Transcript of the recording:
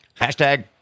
Hashtag